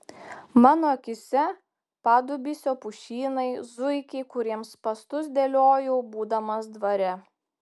mano akyse padubysio pušynai zuikiai kuriems spąstus dėliojau būdamas dvare